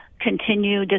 continue